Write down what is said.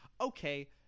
Okay